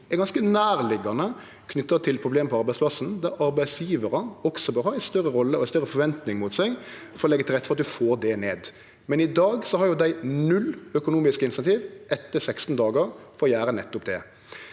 er ganske nærliggjande knytt til problem på arbeidsplassen, der arbeidsgjevarar også bør ha ei større rolle og ei større forventing mot seg for å leggje til rette for at ein får det ned. I dag har dei null økonomisk insentiv etter 16 dagar for å gjere nettopp det.